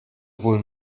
wohl